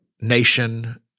nation